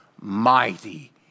Mighty